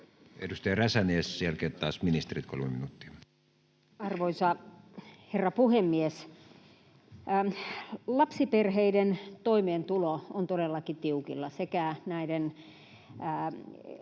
Edustaja Räsänen, ja sen jälkeen taas ministerit, kolme minuuttia. Arvoisa herra puhemies! Lapsiperheiden toimeentulo on todellakin tiukilla sekä liikkumis-